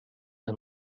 ein